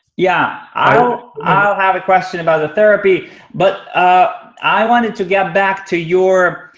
yeah, i'll i'll have a question about the therapy but i wanted to get back to your